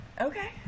Okay